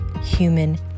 human